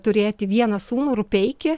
turėti vieną sūnų rupeikį